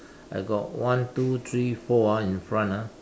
I got one two three four ah in front ah